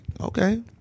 Okay